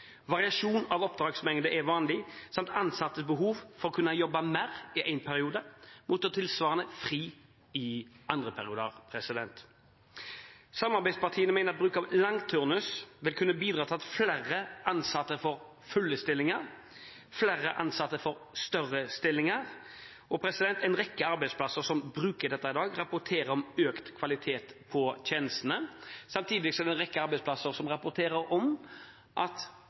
Variasjon av oppdragsmengde er vanlig samt at ansatte har behov for å kunne jobbe mer i én periode, mot å ha tilsvarende fri i andre perioder. Samarbeidspartiene mener bruk av langturnus vil kunne bidra til at flere ansatte får fulle stillinger og flere ansatte får større stillinger. En rekke arbeidsplasser som bruker dette i dag, rapporterer om økt kvalitet på tjenestene, samtidig som en rekke arbeidsplasser rapporterer om at